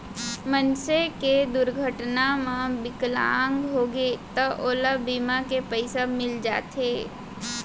मनसे के दुरघटना म बिकलांग होगे त ओला बीमा के पइसा मिल जाथे